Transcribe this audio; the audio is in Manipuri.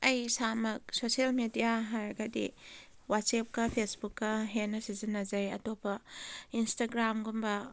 ꯑꯩ ꯏꯁꯥꯃꯛ ꯁꯣꯁꯦꯜ ꯃꯦꯗꯤꯌꯥ ꯍꯥꯏꯔꯒꯗꯤ ꯋꯥꯆꯦꯞꯀ ꯐꯦꯁꯕꯨꯛꯀ ꯍꯦꯟꯅ ꯁꯤꯖꯤꯟꯅꯖꯩ ꯑꯇꯣꯞꯄ ꯏꯟꯁꯇꯥꯒ꯭ꯔꯥꯝ ꯒꯨꯝꯕ